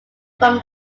from